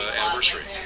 anniversary